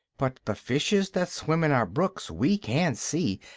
but the fishes that swim in our brooks we can see,